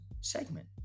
segment